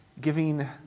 giving